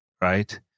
Right